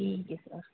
ٹھیک ہے سر